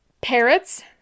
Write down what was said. Parrots